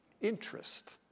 interest